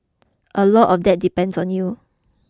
a lot of that depends on you